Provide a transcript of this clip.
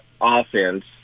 offense